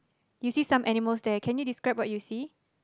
you see some animals there can you describe what you see